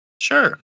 Sure